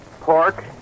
Pork